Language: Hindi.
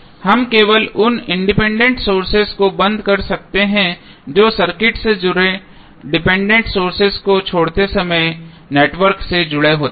हम केवल उन इंडिपेंडेंट सोर्सेज को बंद कर सकते हैं जो सर्किट से जुड़े डिपेंडेंट सोर्सेज को छोड़ते समय नेटवर्क से जुड़े होते हैं